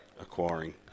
Acquiring